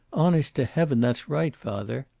honest to heaven, that's right, father.